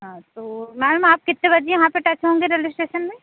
हाँ तो मैम आप कितने बजे यहाँ पे टच होंगे रेलवे इस्टेसन में